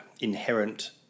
inherent